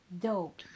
Dope